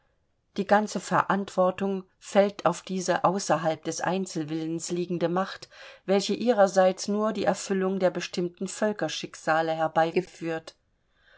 die ganze verantwortung fällt auf diese außerhalb des einzelwillens liegende macht welche ihrerseits nur die erfüllung der bestimmten völkerschicksale herbeigeführt